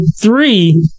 three